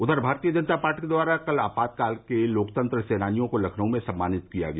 उधर भारतीय जनता पार्टी द्वारा कल आपातकाल के लोकतंत्र सेनानियों को लखनऊ में सम्मानित किया गया